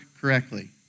correctly